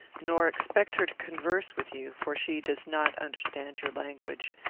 nor expect her to converse with you for she does not understand your language.